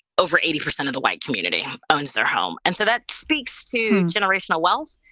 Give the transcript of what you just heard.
over eighty percent of the white community owns their home. and so that speaks to generational wealth.